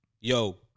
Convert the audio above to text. yo